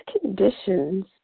conditions